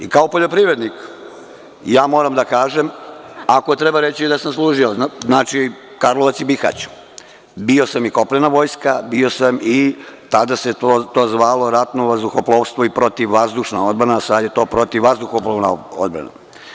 I, kao poljoprivrednik ja moram da kažem, ako treba reći gde sam služio, Karlovac i Bihać, bio sam i kopnena vojska, bio sam i tada se to zvalo ratnovazduhoplovstvo i protivvazdušna odbrana, a sada je protivvazduhoplovna odbrana.